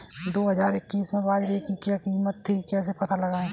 दो हज़ार इक्कीस में बाजरे की क्या कीमत थी कैसे पता लगाएँ?